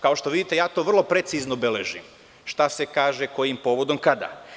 Kao što vidite, ja to vrlo precizno beležim, šta se kaže, kojim povodom i kada.